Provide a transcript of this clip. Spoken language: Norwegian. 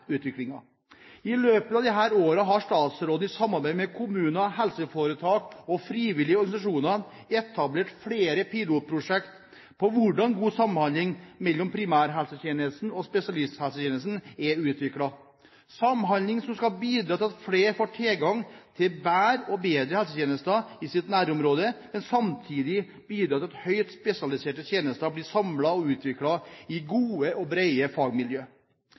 I løpet av disse årene har statsråden i samarbeid med kommuner, helseforetak og frivillige organisasjoner etablert flere pilotprosjekter om hvordan god samhandling mellom primærhelsetjenesten og spesialisthelsetjenesten – samhandling som skal bidra til at flere får tilgang til bedre helsetjenester i sitt nærområde, og samtidig bidra til at høyt spesialiserte tjenester blir samlet og utviklet i gode og brede fagmiljø.